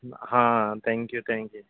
हां thank you thank you